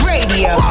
Radio